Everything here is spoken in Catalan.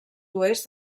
oest